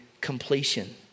completion